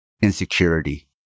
insecurity